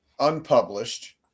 unpublished